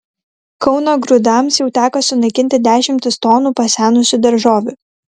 kauno grūdams jau teko sunaikinti dešimtis tonų pasenusių daržovių